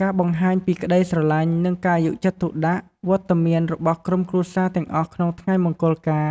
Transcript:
ការបង្ហាញពីក្ដីស្រឡាញ់ និងការយកចិត្តទុកដាក់ វត្តមានរបស់ក្រុមគ្រួសារទាំងអស់ក្នុងថ្ងៃមង្គលការ